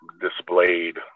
displayed